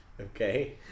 Okay